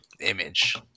image